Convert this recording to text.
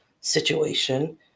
situation